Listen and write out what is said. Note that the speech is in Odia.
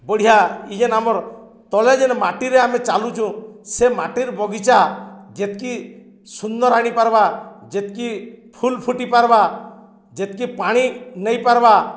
ବଢ଼ିଆ ଇ ଯେନ୍ ଆମର ତଳେ ଯେନ୍ ମାଟିରେ ଆମେ ଚାଲୁଛୁ ସେ ମାଟିର୍ ବଗିଚା ଯେତ୍କି ସୁନ୍ଦର ଆଣିପାର୍ବା ଯେତ୍କି ଫୁଲ ଫୁଟି ପାର୍ବା ଯେତ୍କି ପାଣି ନେଇ ପାର୍ବା